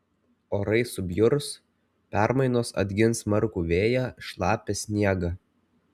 orai subjurs permainos atgins smarkų vėją šlapią sniegą